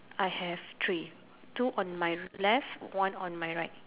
I have three two on my left one on my right